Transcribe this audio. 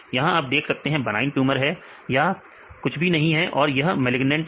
यहां आप देख सकते हैं बनाईना ट्यूमर है यहां कुछ भी नहीं है और यह मेलइग्नेंट है